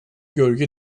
gölge